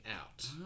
out